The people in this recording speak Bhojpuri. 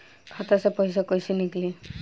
खाता से पैसा कैसे नीकली?